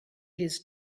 his